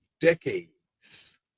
decades